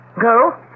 Go